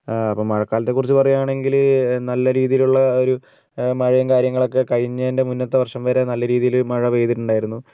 ആ അപ്പോൾ മഴക്കാലത്തേ കുറിച്ച് പറയുകയാണെങ്കില് നല്ല രീതിയിലുള്ള ഒരു മഴയും കാര്യങ്ങളൊക്കേ കഴിഞ്ഞതിൻ്റെ മുന്നത്തേ വർഷം വരേ നല്ല രീതിയില് മഴ പെയ്തിട്ടുണ്ടായിരുന്നു